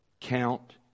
count